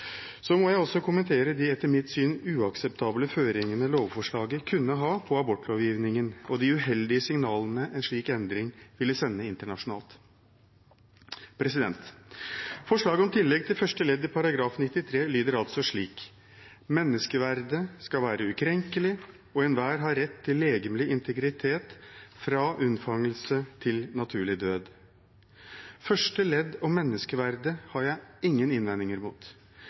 må også kommentere de, etter mitt syn, uakseptable føringene lovforslaget kunne ha på abortlovgivningen, og de uheldige signalene en slik endring ville sende internasjonalt. Forslaget om tillegg til første ledd i § 93 lyder altså slik: «Menneskeverdet skal være ukrenkelig, og enhver har rett til legemlig integritet fra unnfangelse til naturlig død.» Første ledd om menneskeverdet har jeg ingen innvendinger mot.